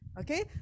Okay